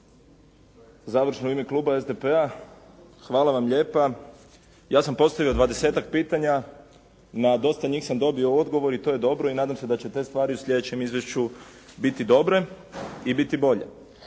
Završno, u ime kluba SDP-a hvala vam lijepa. Ja sam postavio 20-tak pitanja. Na dosta njih sam dobio odgovor i to je dobro i nadam se da će te stvari u sljedećem izvješću biti dobre i biti bolje.